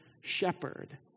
shepherd